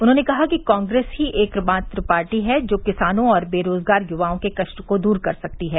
उन्होंने कहा कि कांग्रेस ही एकमात्र पार्टी है जो किसानों और बेरोजगार युवाओं के कष्ट दूर कर सकती है